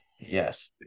yes